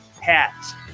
hats